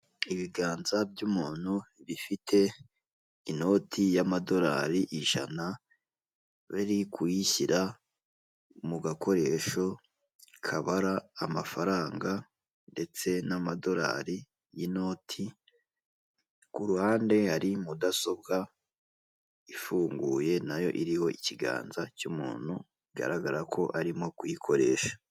Ibiganza by'umuntu bifite inoti y'amadorari ijana biri kuyishyira mu gakoresho kabara amafaranga ndetse n'amadolari y'inoti ku ruhande hari mudasobwa ifunguye nayo iriho ikiganza cy'umuntu bigaragara ko arimo kuyikoresha.